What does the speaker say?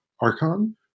Archon